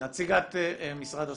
נציגת משרד הספורט,